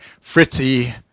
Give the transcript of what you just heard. Fritzy